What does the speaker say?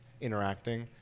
interacting